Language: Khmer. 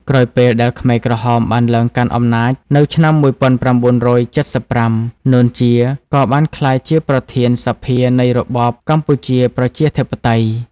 ក្រោយពេលដែលខ្មែរក្រហមបានឡើងកាន់អំណាច នៅឆ្នាំ១៩៧៥ នួន ជា ក៏បានក្លាយជាប្រធានសភានៃរបបកម្ពុជាប្រជាធិបតេយ្យ។